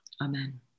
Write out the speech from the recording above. Amen